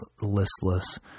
listless